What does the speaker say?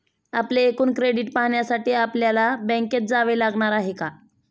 आपले एकूण क्रेडिट पाहण्यासाठी आपल्याला बँकेत जावे लागणार आहे का?